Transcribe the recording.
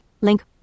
link